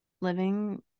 living